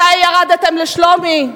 מתי ירדתם לשלומי?